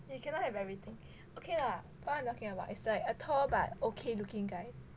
you cannot have everything okay lah point I am talking about is like a tall but okay looking guy